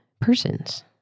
persons